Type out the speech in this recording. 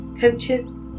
coaches